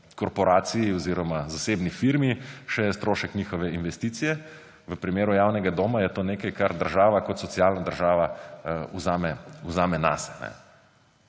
korporaciji oziroma zasebni firmi še en strošek njihove investicije. V primeru javnega doma je to nekaj, kar država kot socialna država vzame nase.